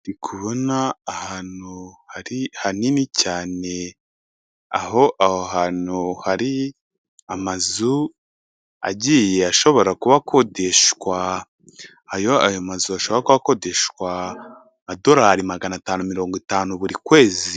Kubona ahantu hari hanini cyane aho aho hantu hari amazu agiye ashobora kuba akodeshwa, ayo ayo mazu ashaka ko akodeshwa amadorari magana atanu mirongo itanu buri kwezi.